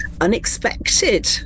unexpected